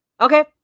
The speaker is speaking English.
Okay